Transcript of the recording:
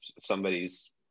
somebody's